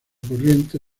corriente